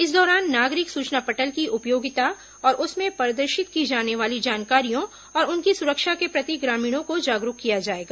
इस दौरान नागरिक सूचना पटल की उपयोगिता और उसमें प्रदर्शित की जाने वाली जानकारियों और उनकी सुरक्षा के प्रति ग्रामीणों को जागरूक किया जाएगा